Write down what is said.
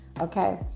okay